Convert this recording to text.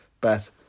bet